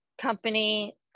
company